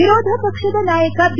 ವಿರೋಧ ಪಕ್ಷದ ನಾಯಕ ಬಿ